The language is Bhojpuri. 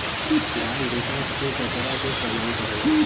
घास भूसा के कतरा के सनाई करला